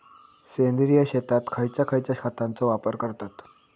सेंद्रिय शेतात खयच्या खयच्या खतांचो वापर करतत?